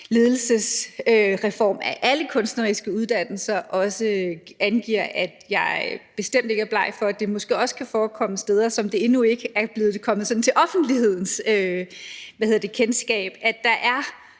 ledelsesreform af alle kunstneriske uddannelser, og jeg angiver også, at jeg bestemt ikke er blind for, at det måske også kan forekomme steder, hvor det endnu ikke er kommet til offentlighedens kendskab at der er